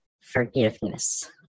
forgiveness